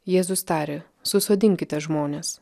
jėzus tarė susodinkite žmones